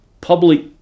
public